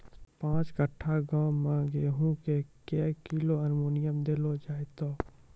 पाँच कट्ठा गांव मे गेहूँ मे क्या किलो एल्मुनियम देले जाय तो?